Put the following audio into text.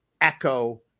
echo